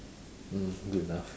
mm good enough